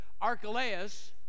Archelaus